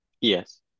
yes